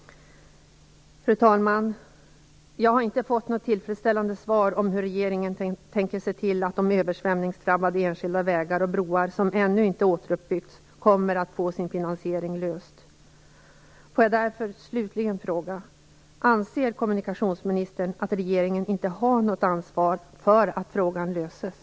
Fru talman! Jag har inte fått något tillfredsställande svar på hur regeringen tänker se till att de översvämningsdrabbade enskilda vägar och broar som ännu inte återuppbyggts kommer att få finansieringsfrågan löst. Får jag därför slutligen fråga: Anser kommunikationsministern att regeringen inte har något ansvar för att frågan löses?